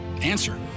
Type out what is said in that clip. Answer